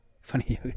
Funny